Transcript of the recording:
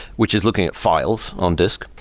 which is looking at files on disk.